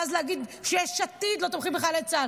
ואז להגיד שיש עתיד לא תומכים בחיילי צה"ל.